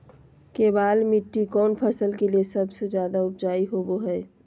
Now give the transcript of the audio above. केबाल मिट्टी कौन फसल के लिए सबसे ज्यादा उपजाऊ होबो हय?